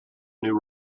new